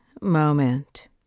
moment